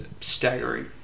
staggering